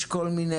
יש כל מיני,